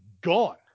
gone